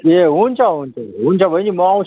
ए हुन्छ हुन्छ हुन्छ बैनी म आउँछु